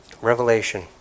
Revelation